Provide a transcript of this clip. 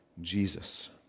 Jesus